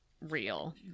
real